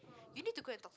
you need to go and talk